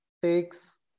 takes